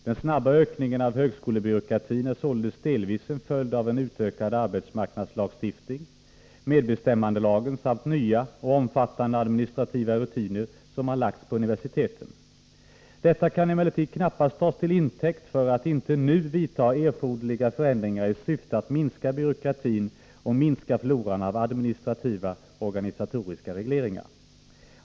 Den snabba ökningen av högskolebyråkratin är således delvis en följd av en utökad arbetsmarknadslagstiftning, medbestämmandelagen samt nya och omfattande administrativa rutiner som har lagts på universiteten. Detta kan emellertid knappast tas till intäkt för att inte nu vidta erforderliga förändringar i syfte att minska byråkratin och minska floran av administrativa och organisatoriska regleringar.